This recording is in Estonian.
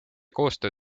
koostöö